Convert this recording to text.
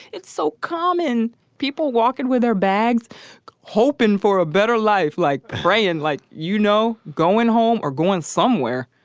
it's so common people walk in with their bags hoping for a better life, like brian, like, you know, going home or going somewhere,